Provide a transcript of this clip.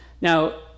Now